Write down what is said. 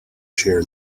chair